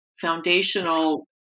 foundational